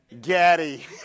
Gaddy